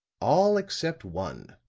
all except one.